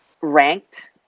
ranked